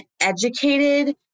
educated